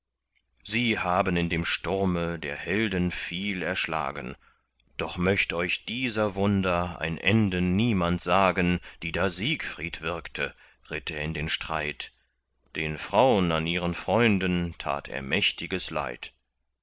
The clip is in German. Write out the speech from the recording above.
sie haben in dem sturme der helden viel erschlagen doch möcht euch dieser wunder ein ende niemand sagen die da siegfried wirkte ritt er in den streit den fraun an ihren freunden tat er mächtiges leid